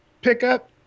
pickup